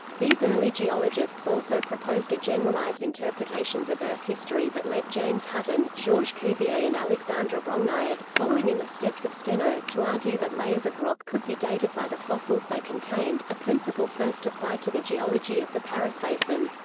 these early geologists also proposed a generalized interpretations of earth history that led james hutton, georges cuvier and alexandre brongniart, following in the steps of steno, to argue that layers of rock could be dated by the fossils they contained a principle first applied to the geology of the paris basin.